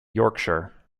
yorkshire